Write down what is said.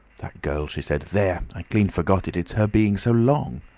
that girl! she said. there! i clean forgot it. it's her being so long!